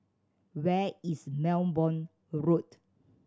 where is Belmont Road